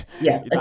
yes